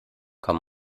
kann